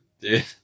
Dude